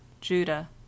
Judah